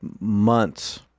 months